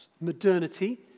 modernity